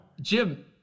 Jim